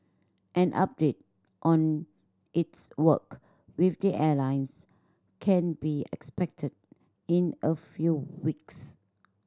an update on its work with the airlines can be expected in a few weeks